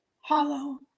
hollow